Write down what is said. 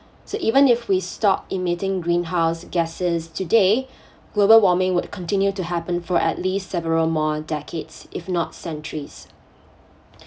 so even if we stop emitting greenhouse gases today global warming would continue to happen for at least several more decades if not centuries